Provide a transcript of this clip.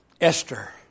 Esther